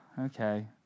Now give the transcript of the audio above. Okay